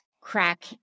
Crack